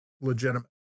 legitimate